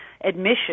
admission